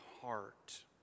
heart